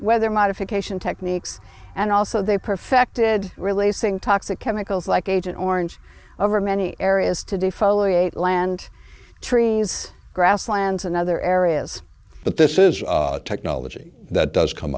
weather modification techniques and also they perfected releasing toxic chemicals like agent orange over many areas to defoliate land trees grasslands and other areas but this is technology that does come